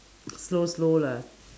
slow slow lah